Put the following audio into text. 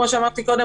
כמו שאמרתי קודם,